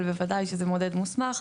אבל, בוודאי שזה מודד מוסמך.